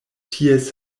ties